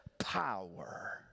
Power